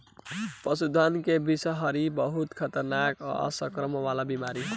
पशुधन में बिषहरिया बहुत खतरनाक आ संक्रमण वाला बीमारी ह